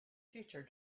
future